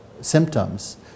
symptoms